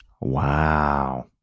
Wow